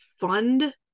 Fund